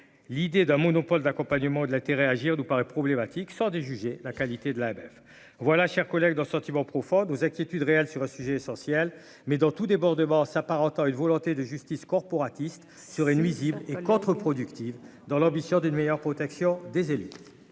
l'idée d'un monopole d'accompagnement de la terre et agir nous paraît problématique juger la qualité de l'AMF voilà chers collègues dans sentiment profond aux inquiétudes réelles sur un sujet essentiel, mais dans tout débordement s'apparentant à une volonté de justice corporatiste serait nuisible et contre-productive dans l'ambition d'une meilleure protection des élus.